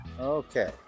Okay